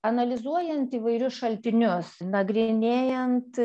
analizuojant įvairius šaltinius nagrinėjant